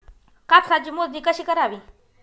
कापसाची मोजणी कशी करावी?